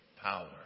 power